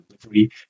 delivery